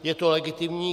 Je to legitimní.